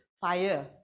fire